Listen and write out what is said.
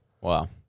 Wow